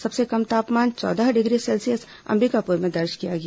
सबसे कम तापमान चौदह डिग्री सेल्सियस अंबिकापुर में दर्ज किया गया